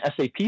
SAP